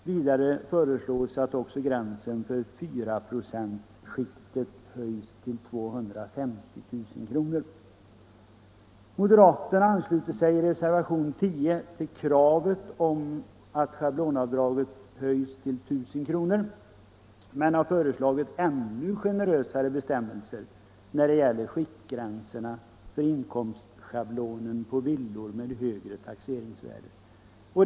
Vidare föreslår de att gränsen för 4-procentsskiktet höjs till 250 000 kr. Moderaterna ansluter sig i reservationen 10 till kravet på att schablonavdraget höjs till 1000 kr., men har föreslagit ännu generösare bestämmelser när det gäller skiktgränserna i inkomstschablonen för villor med högre taxeringsvärde.